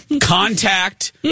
Contact